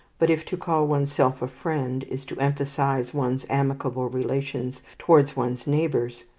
but if to call oneself a friend is to emphasize one's amicable relations towards one's neighbour,